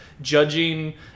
judging